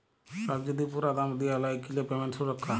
lock যদি পুরা দাম দিয়া লায় কিলে পেমেন্ট সুরক্ষা